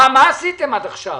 מה עשיתם עד עכשיו?